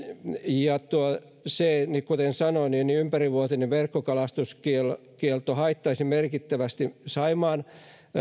ja kuten sanoin ympärivuotinen verkkokalastuskielto haittaisi merkittävästi saimaan